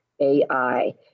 AI